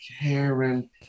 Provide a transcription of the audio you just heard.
Karen